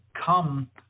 come